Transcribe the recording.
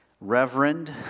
Reverend